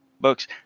books